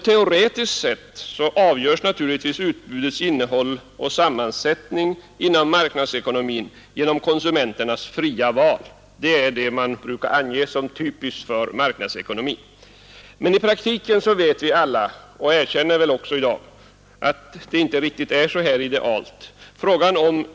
Teoretiskt sett avgörs naturligtvis utbudets innehåll och sammansättning inom marknadsekonomin genom konsumenternas fria val; det är vad man brukar ange som typiskt för marknadsekonomin. Men i praktiken vet alla — och erkänner väl också i dag — att det inte är riktigt så idealiskt.